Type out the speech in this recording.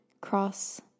cross